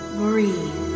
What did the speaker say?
breathe